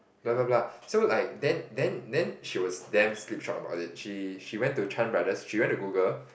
blah blah blah so like then then then she was damn slipshod about it she she went to Chan Brothers she went to Google